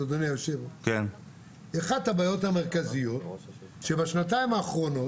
אחת הבעיות המרכזיות היא שבשנתיים האחרונות